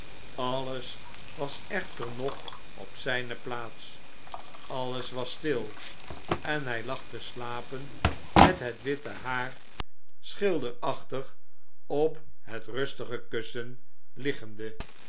alles was echter nog op zijne plaats alles was stil en hjj lag te slapen met het witte haar schilderachtig op het rustige kussen liggende